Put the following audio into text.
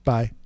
Bye